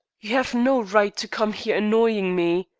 you have no right to come here annoying me!